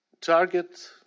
target